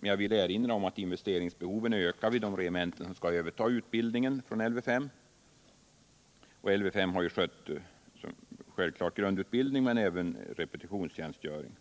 Men jag vill erinra om att investeringsbehoven ökar vid de regementen som skallöverta den utbildning Lv 5 skött avseende såväl grundutbildning som repetitionstjänstgöring.